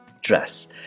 Dress